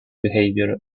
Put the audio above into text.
behavior